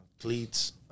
cleats